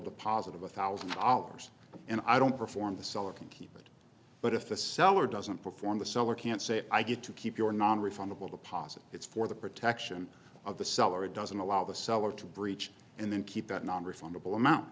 deposit of one thousand dollars and i don't perform the seller can keep but if the seller doesn't perform the seller can't say i get to keep your nonrefundable deposit it's for the protection of the seller it doesn't allow the seller to breach and then keep that nonrefundable amount